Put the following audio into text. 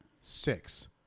six